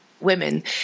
women